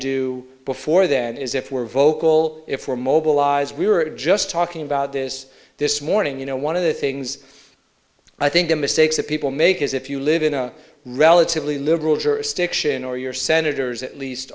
do before then is if we're vocal if we're mobilize we were just talking about this this morning you know one of the things i think the mistakes that people make is if you live in a relatively liberal jurisdiction or your senators at least